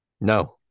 No